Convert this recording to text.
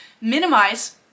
Minimize